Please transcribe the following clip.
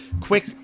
quick